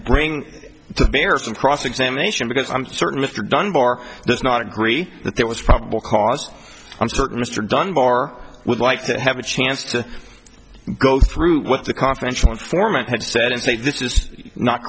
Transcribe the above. bring to bear some cross examination because i'm certain dunbar does not agree that there was probable cause i'm certain mr dunbar would like to have a chance to go through what the confidential informant had said and say this is not